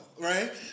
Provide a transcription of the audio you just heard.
right